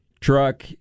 truck